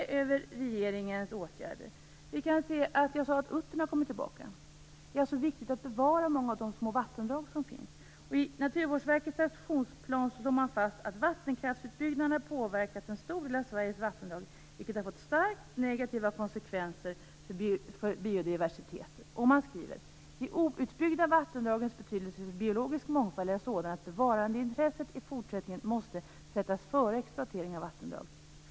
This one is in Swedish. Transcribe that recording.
Jag sade att uttern har kommit tillbaka. Det är alltså viktigt att bevara många av de små vattendrag som finns. Och i Naturvårdsverkets aktionsplan slår man fast att vattenkraftsutbyggnaden har påverkat en stor del av Sveriges vattendrag, vilket har fått starkt negativa konsekvenser för biodiversiteten. Man skriver: "De outbyggda vattendragens betydelse för biologisk mångfald är sådan att bevarandeintressena i fortsättningen måste sättas före exploatering av vattendragen.